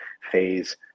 phase